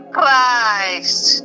Christ